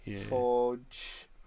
forge